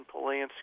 Polanski